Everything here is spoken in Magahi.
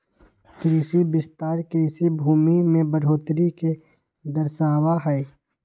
कृषि विस्तार कृषि भूमि में बढ़ोतरी के दर्शावा हई